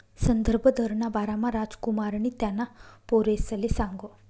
संदर्भ दरना बारामा रामकुमारनी त्याना पोरसले सांगं